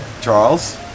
Charles